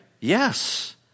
Yes